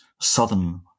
Southern